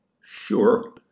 Sure